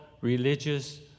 religious